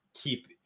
keep